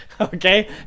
Okay